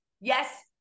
yes